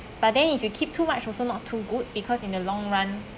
but then if you keep too much also not too good because in the long run